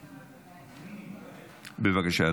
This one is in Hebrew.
בבקשה,